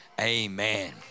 amen